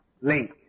link